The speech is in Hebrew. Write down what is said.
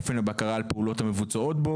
אופן הבקרה על פעולות המבוצעות בו,